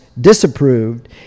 disapproved